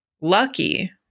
lucky